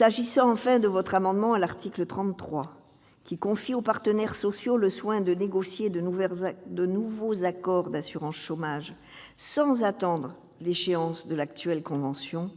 ministre, de votre amendement à l'article 33, visant à confier aux partenaires sociaux le soin de négocier de nouveaux accords d'assurance chômage sans attendre l'échéance de l'actuelle convention,